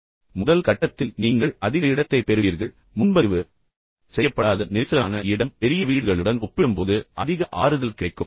எனவே முதல் கட்டத்தில் நீங்கள் அதிக இடத்தைப் பெறுவீர்கள் முன்பதிவு செய்யப்படாத நெரிசலான இடம் பெரிய வீடுகளுடன் ஒப்பிடும்போது அதிக ஆறுதல் கிடைக்கும்